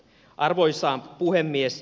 arvoisa puhemies